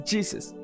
Jesus